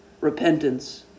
repentance